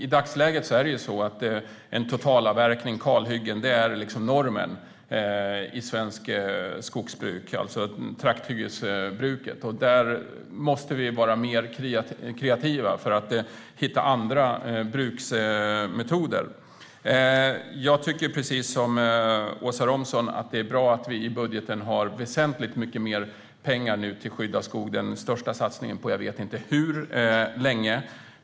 I dagsläget är totalavverkning, kalhyggen, normen i svenskt skogsbruk, det vill säga trakthyggesbruket. Där måste vi vara mer kreativa för att hitta andra bruksmetoder. Jag tycker precis som Åsa Romson att det är bra att vi nu i budgeten har väsentligt mycket mer pengar till skydd av skog. Det är den största satsningen på jag vet inte hur länge.